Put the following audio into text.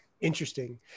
Interesting